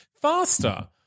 faster